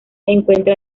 encuentra